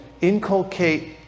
inculcate